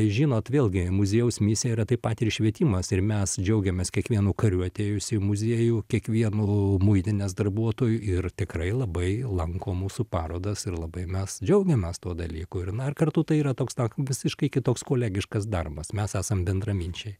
žinot vėlgi muziejaus misija yra taip pat ir švietimas ir mes džiaugiamės kiekvienu kariu atėjusių į muziejų kiekvienu muitinės darbuotoju ir tikrai labai lanko mūsų parodas ir labai mes džiaugiamės tuo dalyku ir na ir kartu tai yra toks tok visiškai kitoks kolegiškas darbas mes esam bendraminčiai